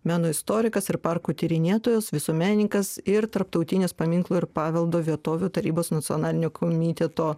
meno istorikas ir parkų tyrinėtojas visuomenininkas ir tarptautinės paminklų ir paveldo vietovių tarybos nacionalinio komiteto